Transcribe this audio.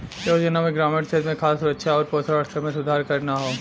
योजना में ग्रामीण क्षेत्र में खाद्य सुरक्षा आउर पोषण स्तर में सुधार करना हौ